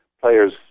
players